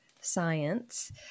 science